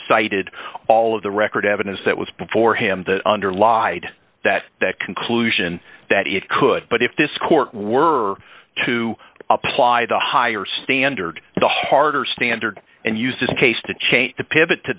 cited all of the record evidence that was before him the under lied that that conclusion that it could but if this court were to apply the higher standard the harder standard and use this case to change the